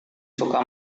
suka